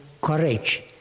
courage